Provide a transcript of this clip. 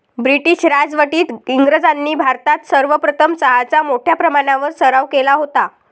British राजवटीत इंग्रजांनी भारतात सर्वप्रथम चहाचा मोठ्या प्रमाणावर सराव केला होता